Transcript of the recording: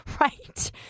right